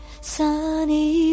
Sunny